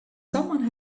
someone